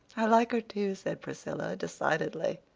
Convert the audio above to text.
i like her, too, said priscilla, decidedly.